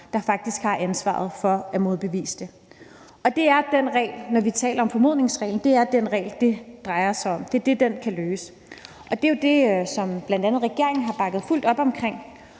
der faktisk har ansvaret for at modbevise det. Når vi taler om formodningsreglen, er det den regel, det drejer sig om. Det er det, den kan løse. Og det er jo det, som bl.a. regeringen har bakket fuldt op om.